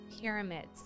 Pyramids